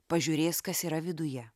pažiūrės kas yra viduje